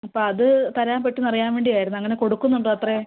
അപ്പോൾ അത് തരാൻ പറ്റുമെന്ന് അറിയാൻ വേണ്ടിയായിരുന്നു അങ്ങനെ കൊടുക്കുന്നുണ്ടോ അത്രയും